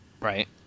right